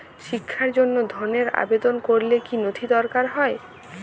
শিক্ষার জন্য ধনের আবেদন করলে কী নথি দরকার হয়?